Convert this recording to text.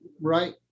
right